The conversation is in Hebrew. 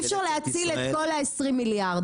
אי אפשר להציל את כל ה-20 מיליארד,